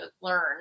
learn